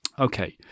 Okay